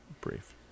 brief